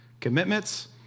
Commitments